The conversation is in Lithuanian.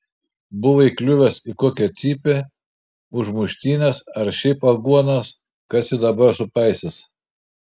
buvo įkliuvęs į kokią cypę už muštynes ar šiaip aguonas kas jį dabar supaisys